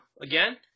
again